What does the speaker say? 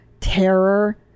terror